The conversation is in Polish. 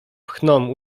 pchną